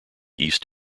east